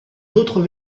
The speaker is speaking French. d’autres